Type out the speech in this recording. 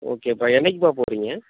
ஓகேப்பா என்னக்குப்பா போகறீங்க